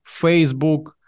Facebook